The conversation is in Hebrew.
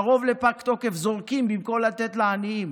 קרוב לפג תוקף, זורקים במקום לתת לעניים.